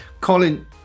colin